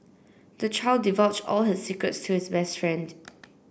the child divulged all his secrets to his best friend